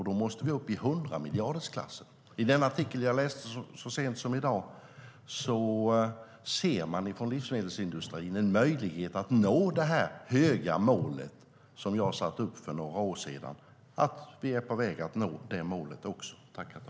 Då måste vi upp i hundramiljardersklassen.